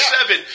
Seven